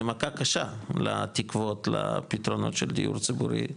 זה מכה קשה לתקוות לפתרונות של דיור ציבורי,